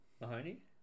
Mahoney